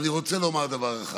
ואני רוצה לומר דבר אחד: